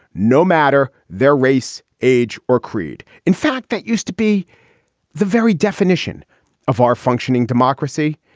no matter their race, age or creed, in fact, that used to be the very definition of our functioning democracy,